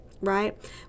right